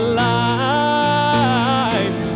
life